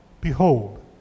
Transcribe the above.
behold